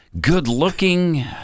good-looking